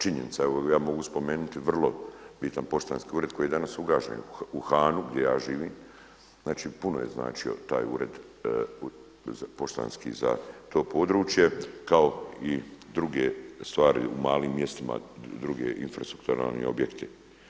Činjenica je evo ja mogu spomenuti vrlo bitan poštanski ured koji je danas ugašen u Hanu gdje ja živim, znači puno je značio taj poštanski ured za to područje kao i druge stvari u malim mjestima, drugi infrastrukturalni objekti.